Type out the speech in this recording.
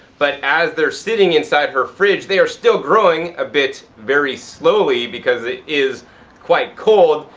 but as they're sitting inside her fridge they are still growing a bit very slowly because it is quite cold.